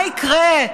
מה יקרה?